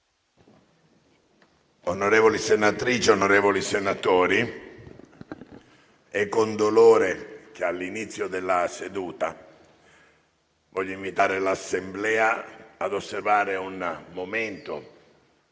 Onorevoli senatrici, onorevoli senatori, è con dolore che all'inizio della seduta voglio invitare l'Assemblea ad osservare un momento